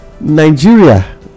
Nigeria